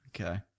Okay